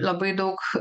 labai daug